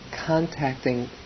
contacting